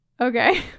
Okay